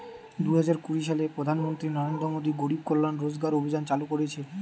দুই হাজার কুড়ি সালে প্রধান মন্ত্রী নরেন্দ্র মোদী গরিব কল্যাণ রোজগার অভিযান চালু করিছে